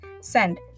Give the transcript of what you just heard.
Send